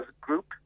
group